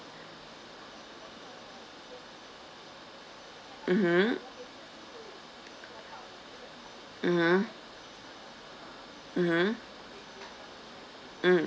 mmhmm mmhmm mmhmm mm